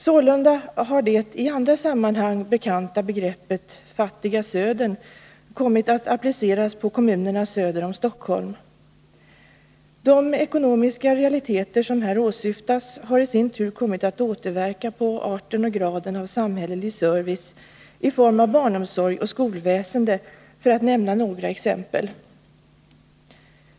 Sålunda har det i andra sammanhang bekanta begreppet ”fattiga södern” kommit att appliceras på kommunerna söder om Stockholm. De ekonomiska realiteter som här åsyftas har i sin tur kommit att återverka på arten och graden av samhällelig service i form av barnomsorg och skolväsende, för att nämna några exempel.